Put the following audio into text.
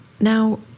Now